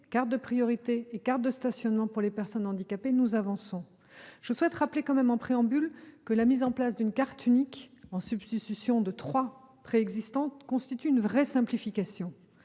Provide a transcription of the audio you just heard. carte de priorité et la carte de stationnement pour personnes handicapées. Nous avançons. Je rappellerai, en préambule, que la mise en place d'une carte unique en substitution de trois cartes préexistantes constitue une vraie simplification